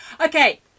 Okay